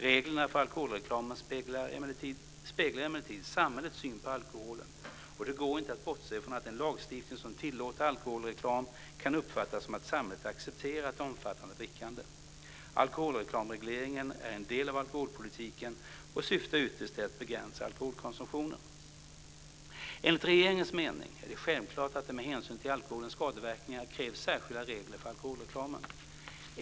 Reglerna för alkoholreklamen speglar emellertid samhällets syn på alkoholen och det går inte att bortse från att en lagstiftning som tillåter alkoholreklam kan uppfattas så att samhället accepterar ett omfattande drickande. Alkoholreklamregleringen är en del av alkoholpolitiken och syftar ytterst till att begränsa alkoholkonsumtionen. Enligt regeringens mening är det självklart att det med hänsyn till alkoholens skadeverkningar krävs särskilda regler för alkoholreklamen.